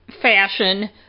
fashion